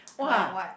why what